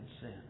sin